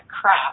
crap